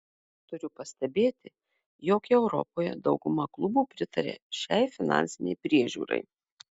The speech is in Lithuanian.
turiu pastebėti jog europoje dauguma klubų pritaria šiai finansinei priežiūrai